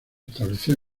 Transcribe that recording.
estableció